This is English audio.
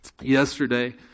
Yesterday